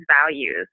values